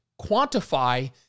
quantify